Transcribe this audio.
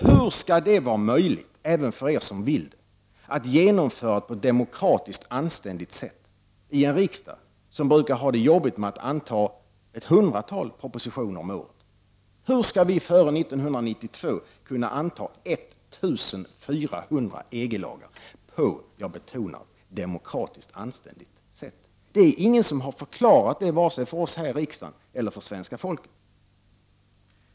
Hur kan det vara möjligt att genomföra detta, även om man vill det, på ett demokratiskt anständigt sätt — i en riksdag som brukar ha svårt att anta ett hundratal propositioner om året? Hur skall vi före 1992 kunna anta 1 400 EG-lagar på, jag betonar detta, ett demokratiskt anständigt sätt? Ingen har förklarat detta för oss i riksdagen eller för svenska folket.